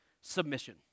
submission